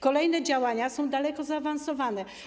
Kolejne działania są daleko zaawansowane.